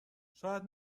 شایدم